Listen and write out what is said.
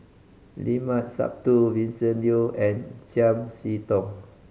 Limat Sabtu Vincent Leow and Chiam See Tong